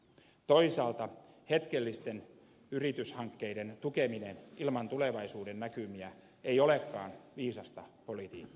toisaalta hetkellisten yrityshankkeiden tukeminen ilman tulevaisuuden näkymiä ei olekaan viisasta politiikkaa